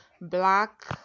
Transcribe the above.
Black